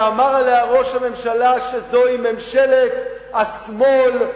שאמר עליה ראש הממשלה שזוהי ממשלת השמאל,